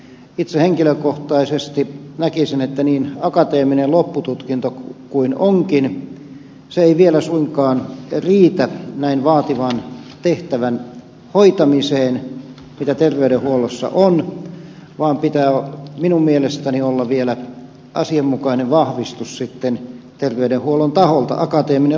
itse henkilökohtaisesti näkisin että niin akateeminen loppututkinto kuin onkin se ei vielä suinkaan riitä näin vaativan tehtävän hoitamiseen mitä terveydenhuollossa on vaan pitää minun mielestäni olla vielä asianmukainen vahvistus sitten terveydenhuollon taholta